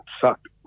sucked